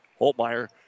Holtmeyer